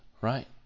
Right